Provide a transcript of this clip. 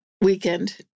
weekend